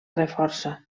reforça